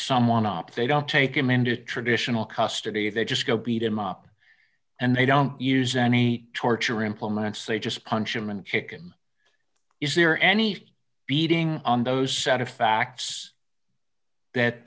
someone up they don't take him into a traditional custody they just go beat him up and they don't use any torture implements they just punch him and chicken is there any for beating on those set of facts that